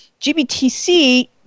GBTC